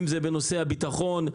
אם זה בנושא הביטחון,